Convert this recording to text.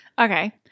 Okay